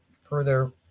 further